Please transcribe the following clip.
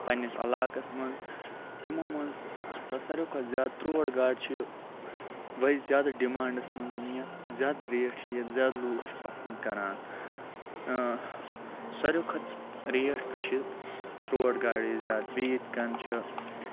پنٛنِس عَلاقَس منٛز یِمو منٛز ہَسا ساروی کھۄتہٕ زیادٕ ترٛوٹ گاڈٕ چھِ ؤے زیادٕ ڈِمانٛڈَس منٛز یہِ زیادٕ ریٹ چھِ یَتھ زیادٕ لوٗکھ چھِ پَسنٛد کَران ساروی کھۄتہٕ ریٹ تہٕ چھِ ترٛوٹ گاڈی زیادٕ بیٚیہِ ییٚتہِ کٔنۍ چھِ